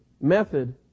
method